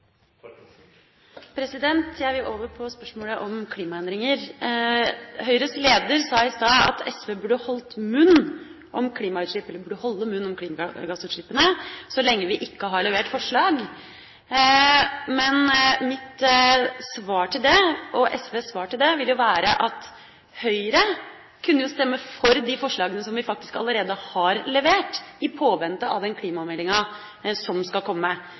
Jeg vil over på spørsmålet om klimaendringer. Høyres leder sa i stad at SV burde holde munn om klimagassutslippene, så lenge vi ikke har levert forslag. Men mitt og SVs svar til det vil være at Høyre kunne jo stemme for de forslagene som vi faktisk allerede har levert i påvente av den klimameldinga som skal komme.